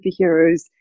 superheroes